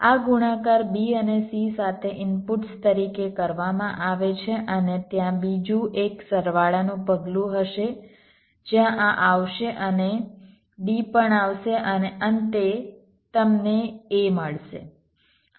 આ ગુણાકાર b અને c સાથે ઇનપુટ્સ તરીકે કરવામાં આવે છે અને ત્યાં બીજું એક સરવાળાનું પગલું હશે જ્યાં આ આવશે અને d પણ આવશે અને અંતે તમને a મળશે